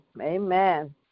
Amen